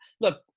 look